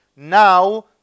Now